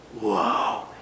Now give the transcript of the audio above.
Whoa